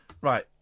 Right